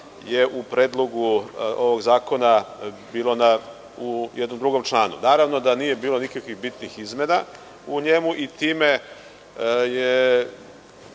je u predlogu ovog zakona bilo u jednom drugom članu. Naravno da nije bilo nikakvih bitnih izmena u njemu i time je